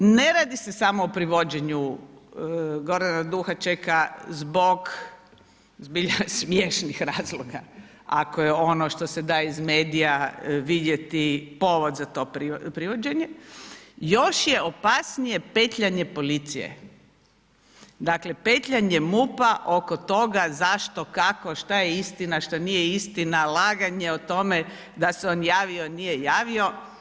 Ne radi se samo o privođenju Gorana Duhačeka zbog zbilja smiješnih razloga, ako je ono što se da iz medija vidjeti povod za to privođenje, još je opasnije petljanje policije, dakle petljanje MUP-a oko toga zašto, kako, šta je istina, šta nije istina, laganje o tome da se on javio, nije javio.